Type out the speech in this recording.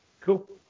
Cool